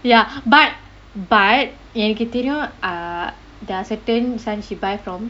ya but but எனக்கு தெரியும்:enakku theryium uh there are certain this [one] she buy from